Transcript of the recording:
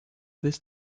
this